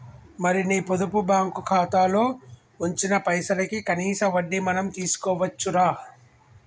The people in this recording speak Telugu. మరి నీ పొదుపు బ్యాంకు ఖాతాలో ఉంచిన పైసలకి కనీస వడ్డీ మనం తీసుకోవచ్చు రా